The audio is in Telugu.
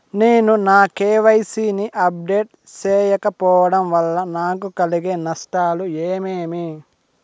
నేను నా కె.వై.సి ని అప్డేట్ సేయకపోవడం వల్ల నాకు కలిగే నష్టాలు ఏమేమీ?